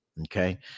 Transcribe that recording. Okay